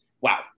Wow